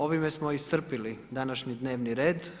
Ovime smo iscrpili današnji dnevni red.